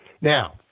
Now